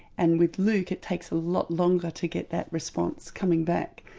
and with luke it takes a lot longer to get that response coming back.